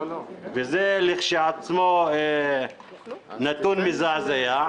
שזה לכשעצמו נתון מזעזע.